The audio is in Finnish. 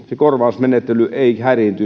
korvausmenettely